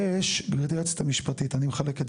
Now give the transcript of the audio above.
פשוט, יש לנו פה